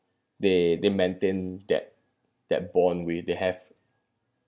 they they maintained that that bond with they have